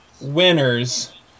winners